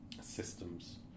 systems